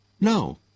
No